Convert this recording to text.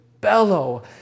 bellow